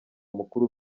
mukuru